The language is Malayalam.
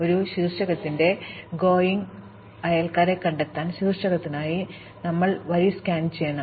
ഒരു ശീർഷകത്തിന്റെ going ട്ട്ഗോയിംഗ് അയൽക്കാരെ കണ്ടെത്താൻ ആ ശീർഷകത്തിനായി ഞങ്ങൾ വരി സ്കാൻ ചെയ്യണം